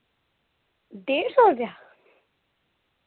डेढ़ सौ रपेआ